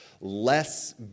less